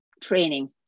training